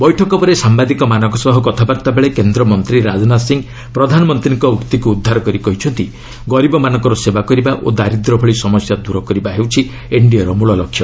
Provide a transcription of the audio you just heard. ବୈଠକ ପରେ ସାମ୍ବାଦିକମାନଙ୍କ ସହ କଥାବାର୍ଭାବେଳେ କେନ୍ଦ୍ରମନ୍ତ୍ରୀ ରାଜନାଥ ସିଂ ପ୍ରଧାନମନ୍ତ୍ରୀଙ୍କ ଉକ୍ତିକୁ ଉଦ୍ଧାର କରି କହିଛନ୍ତି ଗରିବମାନଙ୍କର ସେବା କରିବା ଓ ଦାରିଦ୍ର୍ୟ ଭଳି ସମସ୍ୟା ଦୂର କରିବା ହେଉଛି ଏନ୍ଡିଏର ମୂଳ ଲକ୍ଷ୍ୟ